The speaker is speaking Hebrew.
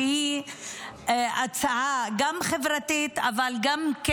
שהיא גם הצעה חברתית אבל גם,